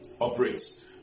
operates